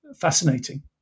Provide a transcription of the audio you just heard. fascinating